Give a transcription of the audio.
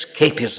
escapism